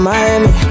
Miami